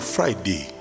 Friday